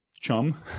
chum